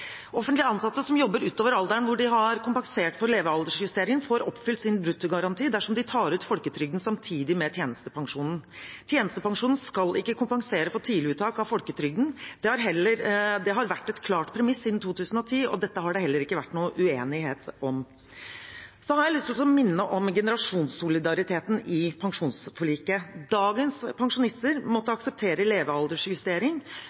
ansatte som jobber utover alderen hvor de har kompensert for levealdersjusteringen, får oppfylt sin bruttogaranti dersom de tar ut folketrygden samtidig med tjenestepensjonen. Tjenestepensjonen skal ikke kompensere for tidlig uttak av folketrygden. Det har vært et klart premiss siden 2010, og dette har det heller ikke vært noen uenighet om. Så har jeg lyst til å minne om generasjonssolidariteten i pensjonsforliket. Dagens pensjonister måtte